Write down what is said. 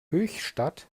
höchstadt